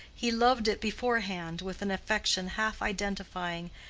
he loved it beforehand with an affection half identifying,